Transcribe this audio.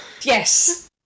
Yes